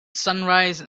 sunrise